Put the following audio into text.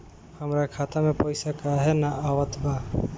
हमरा खाता में पइसा काहे ना आवत बा?